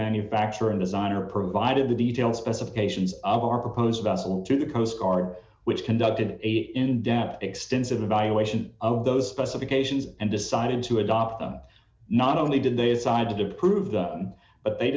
manufacturer and designer provided the details specifications of our proposed vessel to the coast guard which conducted a in depth extensive evaluation of those specifications and decided to adopt them not only did they decide to prove the but they